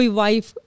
wife